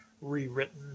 rewritten